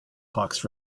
hawks